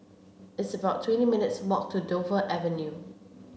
it's about twenty minutes' walk to Dover Avenue